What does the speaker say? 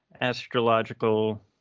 astrological